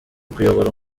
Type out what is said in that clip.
kuyobora